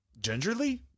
gingerly